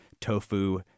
tofu